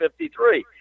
53